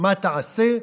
מה תעשו,